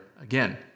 again